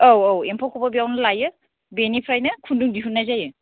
औ औ एम्फौखौबो बेयावनो लायो बेनिफ्रायनो खुन्दुं दिहुन्नाय जायो